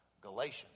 Galatians